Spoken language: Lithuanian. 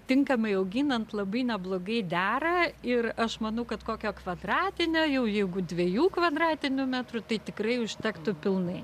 tinkamai auginant labai neblogai dera ir aš manau kad kokio kvadratinio jau jeigu dviejų kvadratinių metrų tai tikrai užtektų pilnai